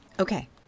Okay